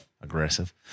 aggressive